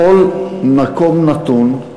בכל מקום נתון,